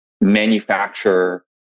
manufacture